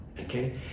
Okay